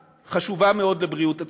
היא חשובה מאוד לבריאות הציבור.